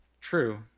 True